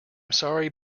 sorry